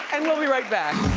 and we'll be right back.